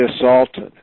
assaulted